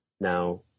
Now